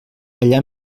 allà